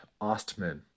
Ostman